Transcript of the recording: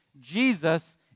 Jesus